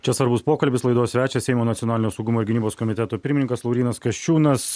čia svarbus pokalbis laidos svečias seimo nacionalinio saugumo ir gynybos komiteto pirmininkas laurynas kasčiūnas